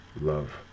love